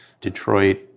Detroit